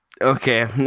Okay